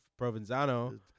Provenzano